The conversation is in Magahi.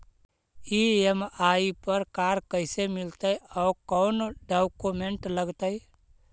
ई.एम.आई पर कार कैसे मिलतै औ कोन डाउकमेंट लगतै?